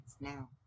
now